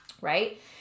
right